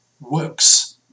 works